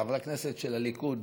חברי הכנסת של הליכוד,